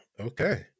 Okay